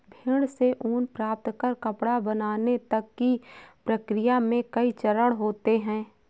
भेड़ से ऊन प्राप्त कर कपड़ा बनाने तक की प्रक्रिया में कई चरण होते हैं